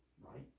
right